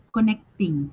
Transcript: connecting